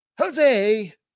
jose